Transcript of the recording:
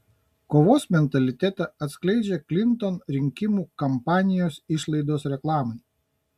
kovos mentalitetą atskleidžia klinton rinkimų kampanijos išlaidos reklamai